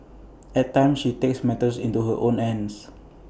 at times she takes matters into her own hands